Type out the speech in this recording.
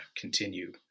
continue